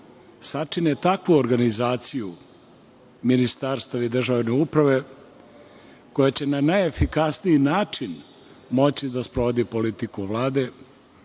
sačine takvu organizaciju ministarstava i državne uprave koja će na najefikasniji način moći da sprovodi politiku Vlade